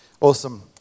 Awesome